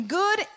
good